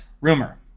Rumor